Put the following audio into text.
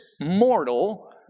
mortal